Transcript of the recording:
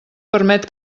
permet